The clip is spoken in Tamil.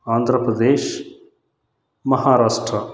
ஆந்திர பிரதேஷ் மஹாராஷ்டிரா